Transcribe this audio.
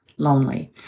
lonely